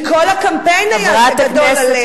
כי כל הקמפיין היה: זה גדול עליה.